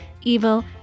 evil